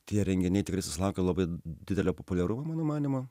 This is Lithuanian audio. tie renginiai tikrai susilaukė labai didelio populiarumo mano manymu